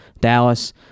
Dallas